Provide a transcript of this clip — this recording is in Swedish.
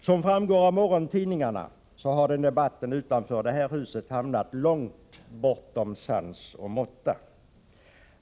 Som framgår av morgontidningarna i dag har debatten utanför det här huset kommit att föras helt utan sans och måtta.